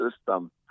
system